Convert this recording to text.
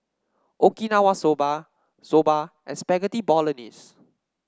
Okinawa Soba Soba and Spaghetti Bolognese